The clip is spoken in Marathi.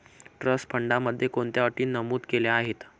ट्रस्ट फंडामध्ये कोणत्या अटी नमूद केल्या आहेत?